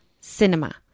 cinema